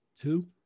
Two